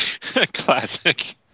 Classic